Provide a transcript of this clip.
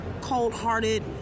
cold-hearted